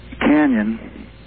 Canyon